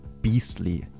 beastly